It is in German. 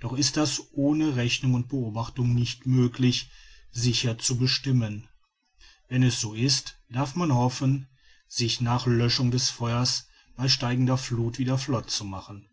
doch ist das ohne rechnung und beobachtung nicht möglich sicher zu bestimmen wenn es so ist darf man hoffen sich nach löschung des feuers bei steigender fluth wieder flott zu machen